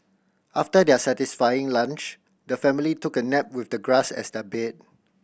after their satisfying lunch the family took a nap with the grass as their bed